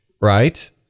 right